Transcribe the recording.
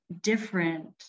different